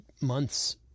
months